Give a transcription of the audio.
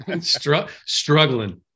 Struggling